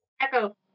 Echo